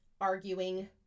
arguing